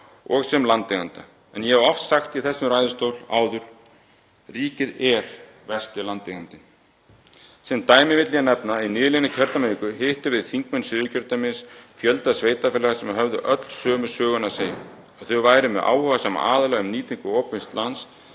og sem landeiganda. Ég hef oft sagt í þessum ræðustól áður: Ríkið er versti landeigandinn. Sem dæmi vil ég nefna að í nýliðinni kjördæmaviku hittum við þingmenn Suðurkjördæmis fjölda sveitarfélaga sem höfðu öll sömu söguna að segja, að þau væru með áhugasama aðila um nýtingu opinbers lands